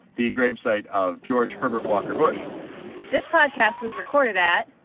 the gravesite of george herbert walker bush this podcast was recorded at.